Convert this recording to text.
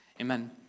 Amen